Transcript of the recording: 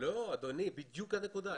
אדוני, זו בדיוק הנקודה.